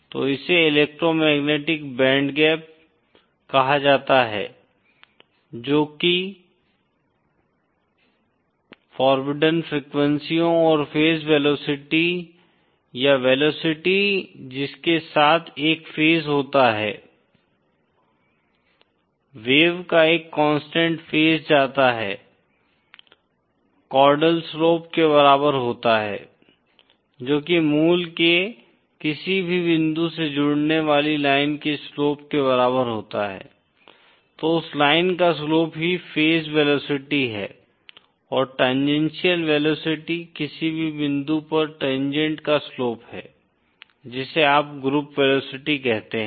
तो इसे electromagnetic bandgap कहा जाता है जो फोर्बिडन फ्रीक्वेंसीयों और फेज वेलोसिटी या वेलोसिटी जिसके साथ एक फेज होता है वेव का एक कांस्टेंट फेज जाता है कौंडल स्लोप के बराबर होता है जोकि मूल के किसी भी बिंदु से जुड़ने वाली लाइन के स्लोप के बराबर होता है तो उस लाइन का स्लोप ही फेज वेलोसिटी है और टाँन्जेंशिअल वेलोसिटी किसी भी बिंदु पर टाँन्जेंट का स्लोप है जिसे आप ग्रुप वेलोसिटी कहते हैं